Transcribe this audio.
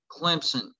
Clemson